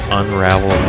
unravel